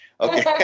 Okay